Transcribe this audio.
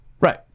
Right